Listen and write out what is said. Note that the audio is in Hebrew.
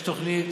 יש תוכנית